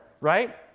right